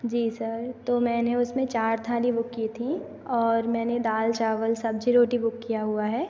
जी sir तो मैंने उसमें चार थाली बुक की थी और मैंने दाल चावल सब्जी रोटी बुक किया हुआ है